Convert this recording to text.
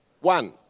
One